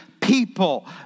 people